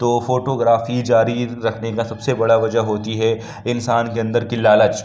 تو photography جاری رکھنے کا سب سے بڑا وجہ ہوتی ہے انسان کے اندر کی لالچ